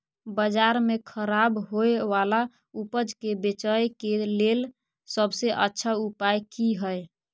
बाजार में खराब होय वाला उपज के बेचय के लेल सबसे अच्छा उपाय की हय?